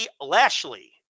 Lashley